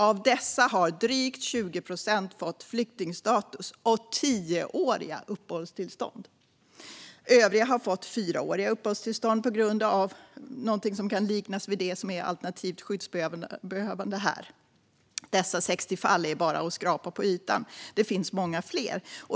Av dessa har drygt 20 procent fått flyktingstatus och tioåriga uppehållstillstånd. Övriga har fått fyraåriga uppehållstillstånd på en grund som kan liknas vid det som är alternativt skyddsbehövande här. Dessa 60 fall är bara de man ser när man skrapar på ytan. Det finns många fler.